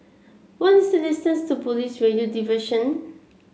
why is the distance to Police Radio Division